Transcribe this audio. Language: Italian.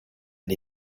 dei